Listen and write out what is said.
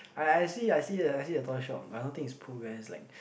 I I see I see I see the I see the toy shop but I don't think it's Pooh bears like